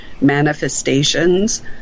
manifestations